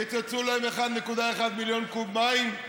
קיצצו להם 1.1 מיליון קוב מים,